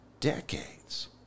decades